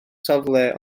safle